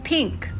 Pink